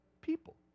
people